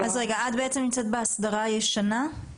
את בעצם נמצאת בהסדרה הישנה?